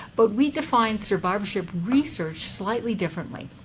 but we define survivorship research slightly differently.